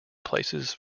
places